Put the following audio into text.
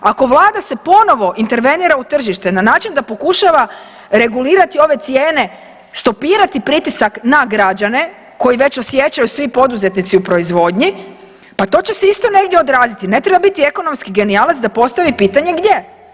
Ako Vlada se ponovo intervenira u tržište na način da pokušava regulirati ove cijene, stopirati pritisak na građane koji već osjećaju svi poduzetnici u proizvodnji pa to će se isto negdje odraziti, ne treba biti ekonomski genijalac da postavi pitanje gdje.